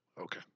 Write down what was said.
Okay